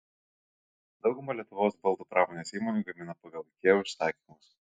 dauguma lietuvos baldų pramonės įmonių gamina pagal ikea užsakymus